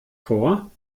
vor